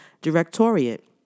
directorate